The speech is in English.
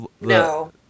No